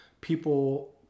people